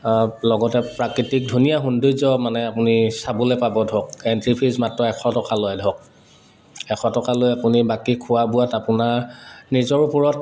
লগতে প্ৰাকৃতিক ধুনীয়া সৌন্দৰ্য মানে আপুনি এই চাবলৈ পাব ধৰক এণ্ট্ৰি ফিজ মাত্ৰ এশ টকা লয় ধৰক এশ টকা লৈ আপুনি বাকী খোৱা বোৱাত আপোনাৰ নিজৰ ওপৰত